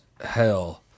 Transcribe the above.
hell